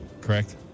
Correct